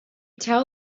tell